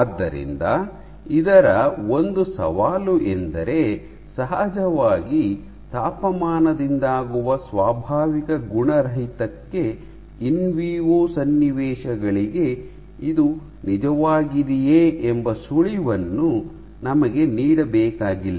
ಆದ್ದರಿಂದ ಇದರ ಒಂದು ಸವಾಲು ಎಂದರೆ ಸಹಜವಾಗಿ ತಾಪಮಾನದಿಂದಾಗುವ ಸ್ವಾಭಾವಿಕ ಗುಣರಹಿತಕ್ಕೆ ಇನ್ವಿವೊ ಸನ್ನಿವೇಶಗಳಿಗೆ ಇದು ನಿಜವಾಗಿದೆಯೆ ಎಂಬ ಸುಳಿವನ್ನು ನಮಗೆ ನೀಡಬೇಕಾಗಿಲ್ಲ